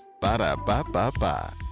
Ba-da-ba-ba-ba